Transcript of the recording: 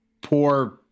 Poor